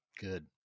Good